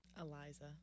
Eliza